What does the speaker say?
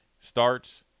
starts